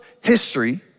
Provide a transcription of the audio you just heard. history